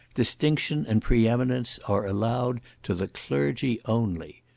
distinction and preeminence are allowed to the clergy only.